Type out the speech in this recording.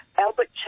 Albert